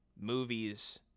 movies